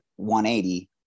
180